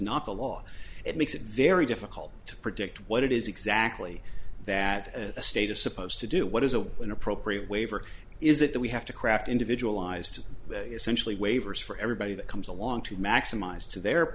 not the law it makes it very difficult to predict what it is exactly that the state is supposed to do what is an inappropriate waiver is it that we have to craft individual eyes to essentially waivers for everybody that comes along to maximize to the